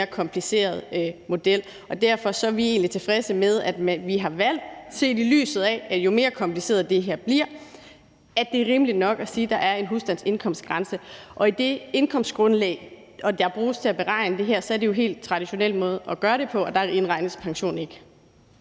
kompliceret model. Og derfor er vi egentlig tilfredse med, at vi har valgt, set i lyset af at det jo dermed bliver mere kompliceret, at det er rimeligt nok at sige, at der er en husstandsindkomstgrænse, og med det indkomstgrundlag, der bruges til at beregne det her ud fra, er det jo en helt traditionel måde at gøre det på, og der indregnes pension ikke.